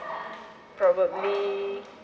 probably